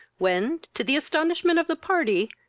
when, to the astonishment of the party,